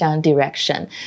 direction